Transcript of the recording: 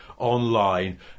Online